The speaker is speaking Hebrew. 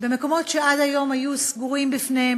במקומות שעד היום היו סגורים בפניהם,